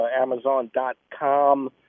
Amazon.com